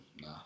nah